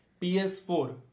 PS4